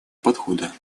подхода